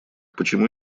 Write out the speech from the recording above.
почему